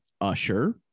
Usher